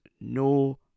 no